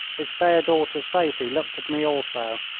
his fair daughter sophie looked at me also,